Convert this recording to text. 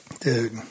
Dude